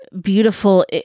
beautiful